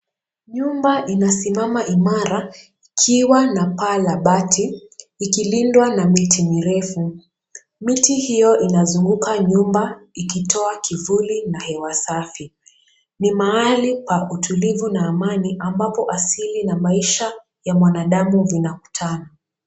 Nyumba inasimama imara ikiwa na paa la bati ikilindwa na miti mirefu, miti hiyo inazunguka nyumba ikitoa kivuli na hewa safi, ni mahali pa tulivu na amani ambapo asili na maisha ya mwanadamu vinakutana.